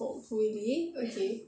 hopefully okay